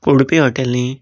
उडपी hotel न्ही